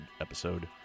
episode